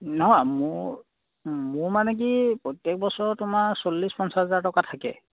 নহয় মোৰ মোৰ মানে কি প্ৰত্যেক বছৰ তোমাৰ চল্লিছ পঞ্চাছ হাজাৰ টকা থাকে